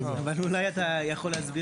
אבל אולי אתה יכול להסביר.